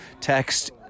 text